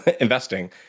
investing